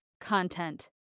content